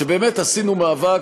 שבאמת עשינו מאבק,